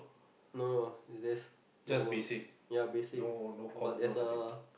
no no there's normal ya basic but as a